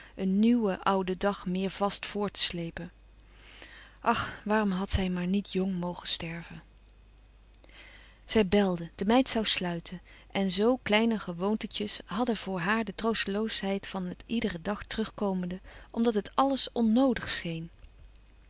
een nieuwen ouden dag meer vast voort te slepen ach waarom had zij maar niet jong mogen sterven zij belde de meid zoû sluiten en zoo kleine gewoontetjes hadden voor haar de troosteloosheid van het iederen dag terugkomende omdat het alles onnoodig